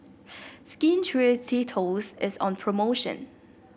Skin Ceuticals is on promotion